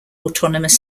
autonomous